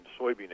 soybean